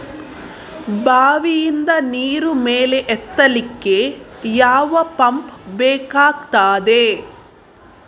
ಬಾವಿಯಿಂದ ನೀರು ಮೇಲೆ ಎತ್ತಲಿಕ್ಕೆ ಯಾವ ಪಂಪ್ ಬೇಕಗ್ತಾದೆ?